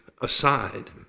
aside